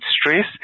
stress